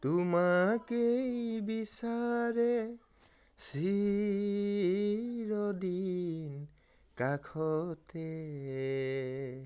তোমাকেই বিচাৰে চিৰদিন কাষতে